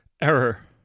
Error